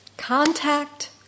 contact